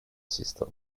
system